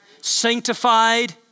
sanctified